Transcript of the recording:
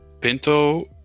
Pinto